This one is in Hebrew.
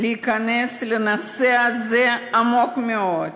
להיכנס לנושא הזה עמוק מאוד.